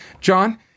John